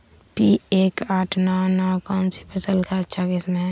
P एक आठ नौ नौ कौन सी फसल का अच्छा किस्म हैं?